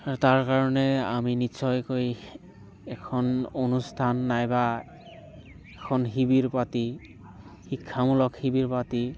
তাৰ কাৰণে আমি নিশ্চয়কৈ এখন অনুষ্ঠান নাইবা এখন শিবিৰ পাতি শিক্ষামূলক শিবিৰ পাতি